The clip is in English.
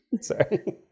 Sorry